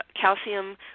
calcium